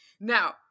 Now